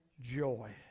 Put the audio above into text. joy